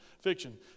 Fiction